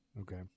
Okay